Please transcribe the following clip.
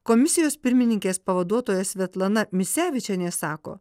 komisijos pirmininkės pavaduotoja svetlana misevičienė sako